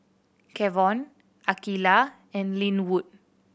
Kavon Akeelah and Lynwood